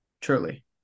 truly